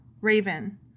raven